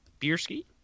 Bierski